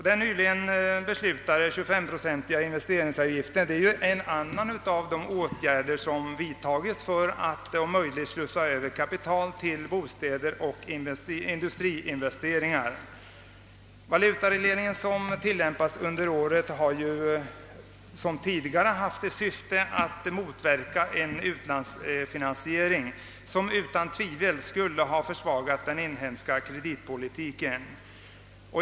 Den nyligen beslutade 25-procentiga investeringsavgiften är en annan av de åtgärder som vidtagits för att om möjligt slussa över kapital till bostäder och industriinvesteringar. Den valutareglering som tillämpats under året har, liksom tidigare, haft till syfte att motverka en utlandsfinansiering, som utan tvivel skulle ha försvagat den inhemska kreditpolitiken.